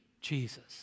Jesus